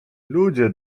ludzie